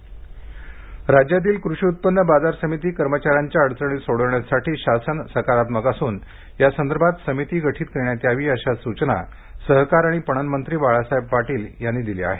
कषीउत्पन्न बाजार समिती राज्यातील कृषी उत्पन्न बाजार समिती कर्मचाऱ्यांच्या अडचणी सोडविण्यासाठी शासन सकारात्मक असून यासदर्भात समिती गठीत करण्यात यावी अशा सूचना सहकार आणि पणन मंत्री बाळासाहेब पाटील यांनी दिल्या आहेत